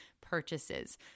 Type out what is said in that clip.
purchases